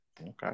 Okay